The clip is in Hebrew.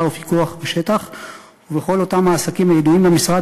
ופיקוח בשטח ובכל אותם העסקים הידועים למשרד,